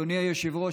אדוני היושב-ראש,